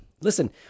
Listen